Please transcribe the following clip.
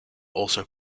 also